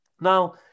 Now